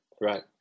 right